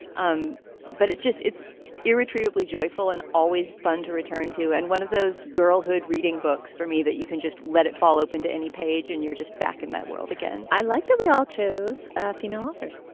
um but it's just it's irretrievably joyful and always fun to return to. and one of those girlhood reading books for me that you can just let it fall open to any page and you're just back in that world again. i like that. we all choose female authors.